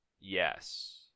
yes